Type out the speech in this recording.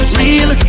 real